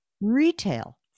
Retail